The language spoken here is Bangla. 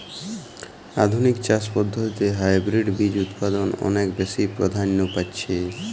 আধুনিক চাষ পদ্ধতিতে হাইব্রিড বীজ উৎপাদন অনেক বেশী প্রাধান্য পাচ্ছে